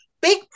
big